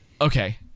Okay